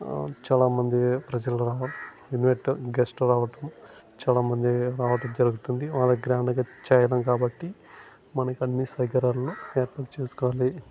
చాలా మంది ప్రజలు రావట గెట గెస్టులు రావటం చాలా మంది రావడం జరుగుతుంది వాళ్లకి గ్రాండ్గా చేయడం కాబట్టి మనకి అన్ని సౌకర్యాలు ఎరేంజ్ చేసుకోవాలి